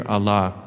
Allah